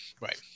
right